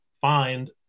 find